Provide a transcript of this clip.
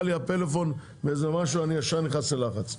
לי הפלאפון באיזה משהו אני ישר נכנס ללחץ.